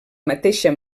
mateixa